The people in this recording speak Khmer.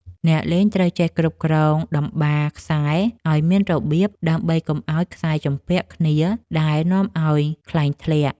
អ្នកលេងត្រូវចេះគ្រប់គ្រងតម្បារខ្សែឱ្យមានរបៀប ដើម្បីកុំឱ្យខ្សែជំពាក់គ្នាដែលនាំឱ្យខ្លែងធ្លាក់។